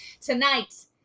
tonight